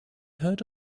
heard